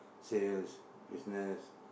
sales business